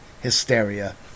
Hysteria